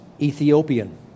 Ethiopian